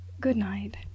good-night